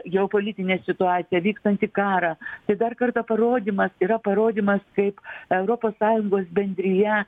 geopolitinę situaciją vykstantį karą tai dar kartą parodymas yra parodymas kaip europos sąjungos bendrija